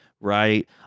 right